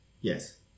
Yes